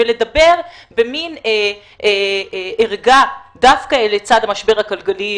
לדבר במן ערגה דווקא לצד המשבר הכלכלי,